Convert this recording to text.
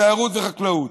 תיירות וחקלאות,